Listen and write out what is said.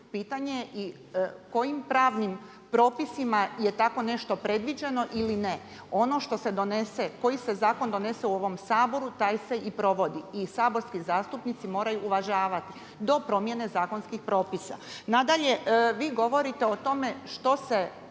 Pitanje, kojim pravim propisima je tako nešto predviđeno ili ne? Ono što se donese koji zakon se donose u ovom Saboru taj se i provodi i saborski zastupnici moraju uvažavati do promjene zakonskih propisa. Nadalje, vi govorite o tome što se